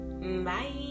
Bye